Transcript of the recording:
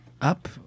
Up